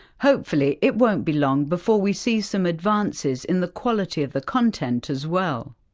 hopefully it won't be long before we see some advances in the quality of the content as well.